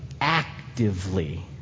actively